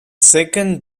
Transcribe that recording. second